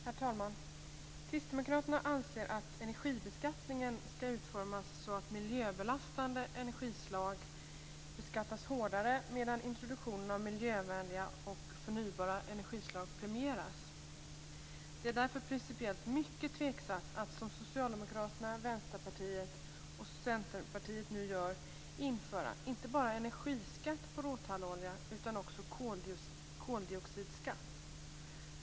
Herr talman! Kristdemokraterna anser att energibeskattningen skall utformas så att miljöbelastande energislag beskattas hårdare, medan introduktionen av miljövänliga och förnybara energislag premieras. Det är därför principiellt mycket tveksamt att som Socialdemokraterna, Vänsterpartiet och Centerpartiet nu införa, inte bara energiskatt på råtallolja utan också koldioxidskatt.